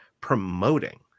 promoting